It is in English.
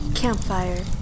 Campfire